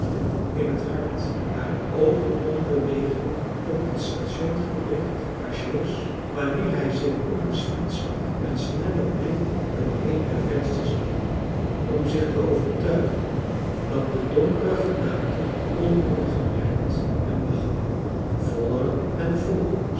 in t hart haar oog onbewegelijk op het station gericht waar george wanneer hij zich onbespied zag een snellen blik door een der vensters wierp om zich te overtuigen dat de donkere gedaante onopgemerkt hem wachtte voller en voller